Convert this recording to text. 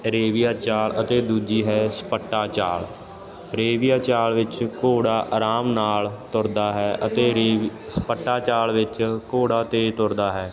ਰੇਵੀਆ ਚਾਲ ਅਤੇ ਦੂਜੀ ਹੈ ਛਪੱਟਾ ਚਾਲ ਰੇਵੀਆ ਚਾਲ ਵਿੱਚ ਘੋੜਾ ਆਰਾਮ ਨਾਲ ਤੁਰਦਾ ਹੈ ਅਤੇ ਰੀ ਛਪੱਟਾ ਚਾਲ ਵਿੱਚ ਘੋੜਾ ਤੇਜ਼ ਤੁਰਦਾ ਹੈ